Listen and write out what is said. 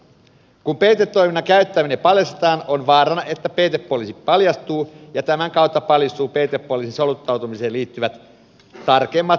kun peitetoiminnan käyttäminen paljastetaan on vaarana että peitepoliisi paljastuu ja tämän kautta paljastuvat peitepoliisin soluttautumiseen liittyvät tarkemmat polii sin taktiikat